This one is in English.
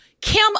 Kim